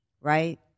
Right